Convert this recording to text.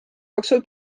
jooksul